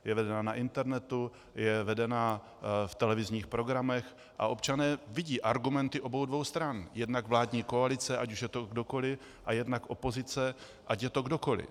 Je vedená na internetu, je vedená v televizních programech a občané vidí argumenty obou dvou stran, jednak vládní koalice, ať už je to kdokoliv, a jednak opozice, ať je to kdokoliv.